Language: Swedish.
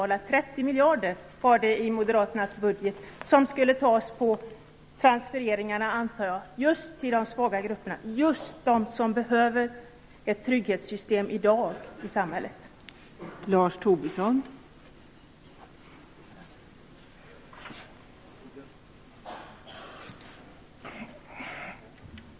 Det var väl 30 miljarder som enligt Moderaternas budget skulle tas på transfereringarna just till de svaga grupperna, just till dem som behöver trygghetssystem i samhället i dag.